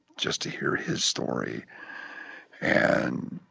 just to hear his story and,